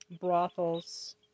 brothels